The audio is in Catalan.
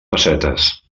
pessetes